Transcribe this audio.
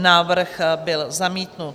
Návrh byl zamítnut.